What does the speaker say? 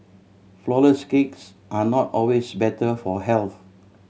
flourless cakes are not always better for health